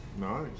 Nice